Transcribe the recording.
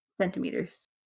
centimeters